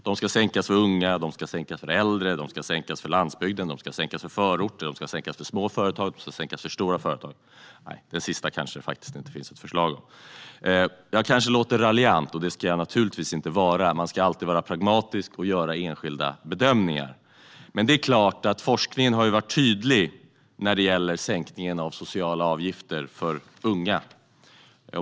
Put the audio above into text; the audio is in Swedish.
De ska sänkas för unga, de ska sänkas för äldre, de ska sänkas för landsbygden, de ska sänkas för förorter, de ska sänkas för små företag och de ska sänkas för stora företag. Nej, det sista kanske det inte finns något förslag om. Jag kanske låter raljant, och det ska jag naturligtvis inte vara. Man ska alltid vara pragmatisk och göra enskilda bedömningar. Men forskningen har varit tydlig när det gäller sänkningen av socialavgifter för unga.